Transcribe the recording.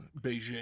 Beijing